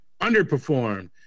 underperformed